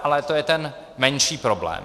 Ale to je ten menší problém.